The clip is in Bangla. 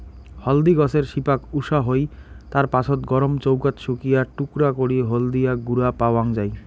হলদি গছের শিপাক উষা হই, তার পাছত গরম চৌকাত শুকিয়া টুকরা করি হলদিয়া গুঁড়া পাওয়াং যাই